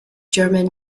german